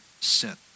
sin